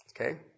Okay